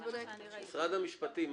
משרד המשפטים,